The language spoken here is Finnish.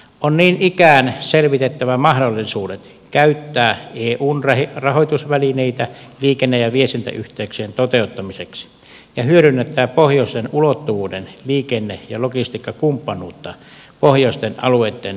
on niin ikään selvitettävä mahdollisuudet käyttää eun rahoitusvälineitä liikenne ja viestintäyhteyksien toteuttamiseksi ja hyödynnettävä pohjoisen ulottuvuuden liikenne ja logistiikkakumppanuutta pohjoisten alueitten liikenneyhteyksien kehittämisessä